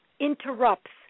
interrupts